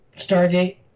Stargate